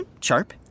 sharp